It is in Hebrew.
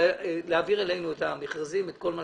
אבל תעבירו אלינו את המכרזים וכל מה